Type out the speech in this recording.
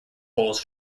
holes